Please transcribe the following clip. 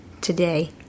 today